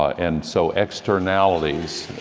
and so externalities